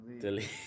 Delete